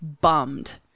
bummed